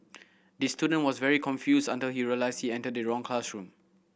the student was very confused until he realised he entered the wrong classroom